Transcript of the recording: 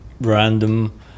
random